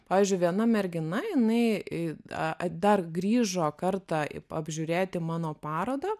pavyzdžiui viena mergina jinai į a dar grįžo kartą apžiūrėti mano parodą